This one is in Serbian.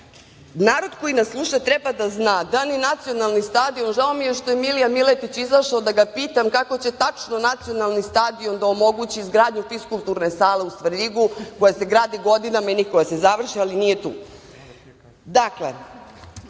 Narod koji nas sluša treba da zna da ni Nacionalni stadion… Žao mi je što je Milija Miletić izašao, da ga pitam kako će tačno Nacionalni stadion da omogući izgradnju fiskulturne sale u Svrljigu, koja se gradi godinama i nikako da se završi, ali nije